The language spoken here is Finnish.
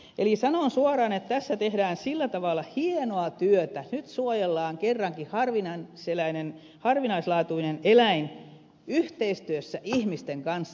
eli sanon suoraan että tässä tehdään sillä tavalla hienoa työtä että nyt suojellaan kerrankin harvinaislaatuinen eläin yhteistyössä ihmisten kanssa